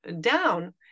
down